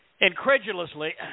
Incredulously